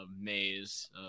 maze